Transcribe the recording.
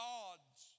God's